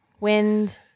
Wind